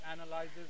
analyzes